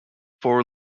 four